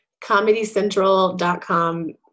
comedycentral.com